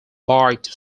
bite